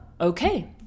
Okay